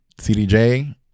CDJ